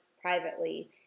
privately